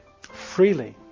freely